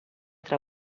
tra